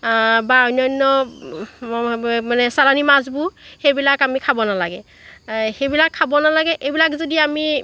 বা অন্যান্য মানে চালানী মাছবোৰ সেইবিলাক আমি খাব নালাগে সেইবিলাক খাব নালাগে এইবিলাক যদি আমি এইবিলাক